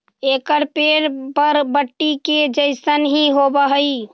एकर पेड़ बरबटी के जईसन हीं होब हई